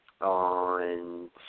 on